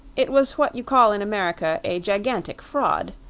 it was what you call in america a gigantic fraud.